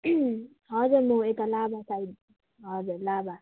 हजुर म यता लाभा साइड हजुर लाभा